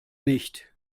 nicht